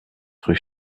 rue